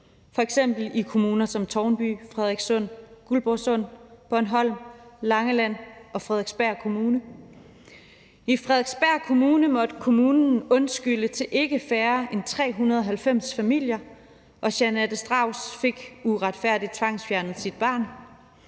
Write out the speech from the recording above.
f.eks. i kommuner som Tårnby, Frederikssund, Guldborgsund, Bornholm, Langeland og Frederiksberg. I Frederiksberg Kommune måtte kommunen undskylde til ikke færre end 390 familier, og Jeanette Strauss fik uretfærdigt tvangsfjernet sit barn.